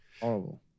Horrible